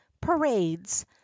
parades